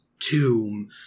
tomb